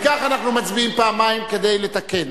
אם כך, אנחנו מצביעים פעמיים כדי לתקן.